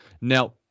Now